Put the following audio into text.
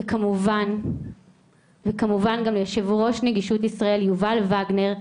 וכמובן גם ליושב ראש נגישות ישראל יובל ווגנר,